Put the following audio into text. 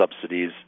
subsidies